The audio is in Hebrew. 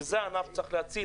שזה הענף שצריך להציל,